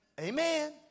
Amen